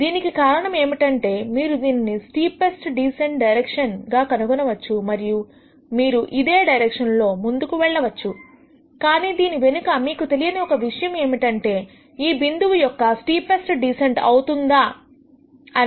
దీనికి కారణం ఏమిటంటే మీరు దీనిని స్టీపెస్ట్ డీసెంట్ డైరెక్షన్ గా కనుగొనవచ్చు మరియు మీరు ఇదే డైరెక్షన్లో ముందుకు వెళ్లవచ్చు కానీ దీని వెనక మీకు తెలియని ఒక విషయం ఏమిటంటే ఇది ఈ బిందువు యొక్క స్టీపెస్ట్ డీసెంట్ అవుతుందా అని